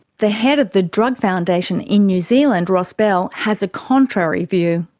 the head the drug foundation in new zealand, ross bell, has a contrary view.